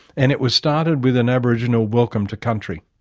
and it was started with an aboriginal welcome to country.